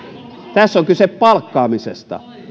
tässä on kyse palkkaamisesta